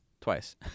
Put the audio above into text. Twice